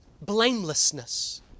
blamelessness